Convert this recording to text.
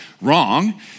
wrong